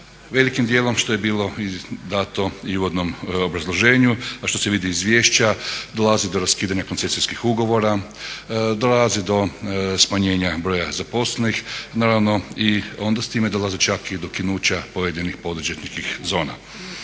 Velikim dijelom što je bilo dato i u uvodnom obrazloženju, a što se vidi iz izvješća dolazi do raskidanja koncesijskih ugovora, dolazi do smanjenja broja zaposlenih. Naravno i onda s time dolaze čak i dokinuća pojedinih poduzetničkih zona.